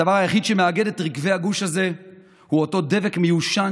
הדבר היחיד שמאגד את רגבי הגוש הזה הוא אותו דבק מיושן